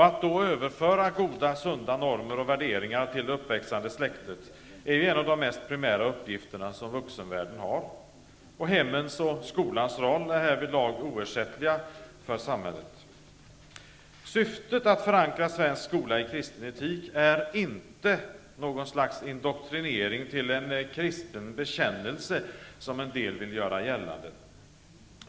Att överföra goda, sunda normer och värderingar till det uppväxande släktet är en av de mest primära uppgifterna som vuxenvärlden har. Hemmens och skolans roll är härvidlag oersättliga för samhället. Syftet att förankra svensk skola i kristen etik är inte något slags indoktrinering till en kristen bekännelse, som en del vill göra gällande.